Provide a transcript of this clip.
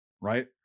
right